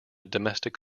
domestic